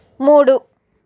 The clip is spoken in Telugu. మూడు